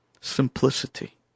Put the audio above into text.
Simplicity